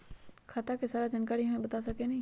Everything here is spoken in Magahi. खाता के सारा जानकारी हमे बता सकेनी?